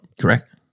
Correct